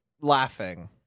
laughing